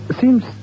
Seems